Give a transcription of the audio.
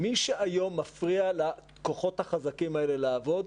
מי שהיום מפריע לכוחות החזקים האלה לעבוד,